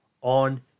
on